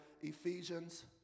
Ephesians